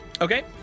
Okay